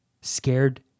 scared